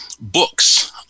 books